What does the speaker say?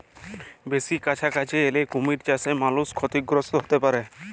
বেসি কাছাকাছি এলে কুমির চাসে মালুষ ক্ষতিগ্রস্ত হ্যতে পারে